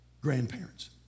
grandparents